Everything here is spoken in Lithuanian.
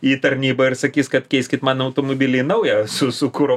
į tarnybą ir sakys kad keiskit man automobilį į naują su su kuro